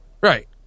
Right